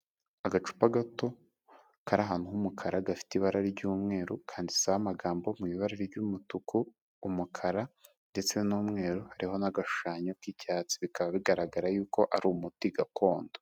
Agacupa gato, kari ahantu h'umukara, gafite ibara ry'umweru, kanditseho amagambo mu ibara ry'umutuku, umukara, ndetse n'umweru, hariho n'agashushanyo k'icyatsi, bikaba bigaragara yuko ari umuti gakondo.